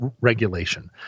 regulation